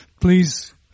please